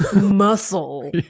muscle